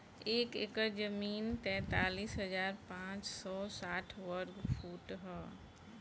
एक एकड़ जमीन तैंतालीस हजार पांच सौ साठ वर्ग फुट ह